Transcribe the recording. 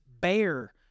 bear